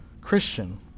Christian